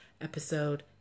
episode